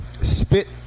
spit